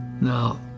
Now